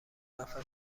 نفر